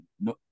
no